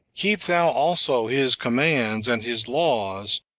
keep thou also his commands and his laws,